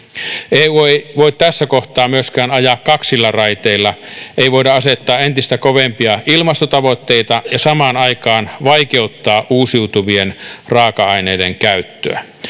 eu ei voi tässä kohtaa myöskään ajaa kaksilla raiteilla ei voida asettaa entistä kovempia ilmastotavoitteita ja samaan aikaan vaikeuttaa uusiutuvien raaka aineiden käyttöä